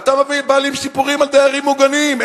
ואתה בא לי עם סיפורים על דיירים מוגנים?